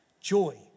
joy